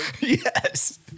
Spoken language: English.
Yes